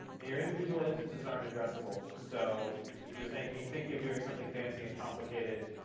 and your individual instances aren't addressable. so if you're thinking thinking of doing something fancy and complicated,